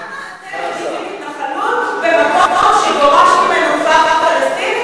למה אתם מקימים התנחלות במקום שגורש ממנו כפר פלסטיני,